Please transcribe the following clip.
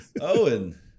Owen